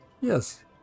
Yes